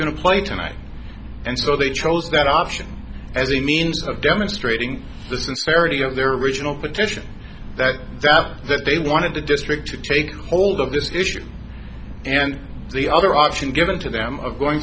to play tonight and so they chose that option as a means of demonstrating the sincerity of their original petition that that that they wanted the district to take hold of this issue and the other option given to them of going